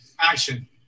action